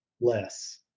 less